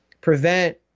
prevent